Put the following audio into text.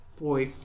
Boy